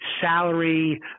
salary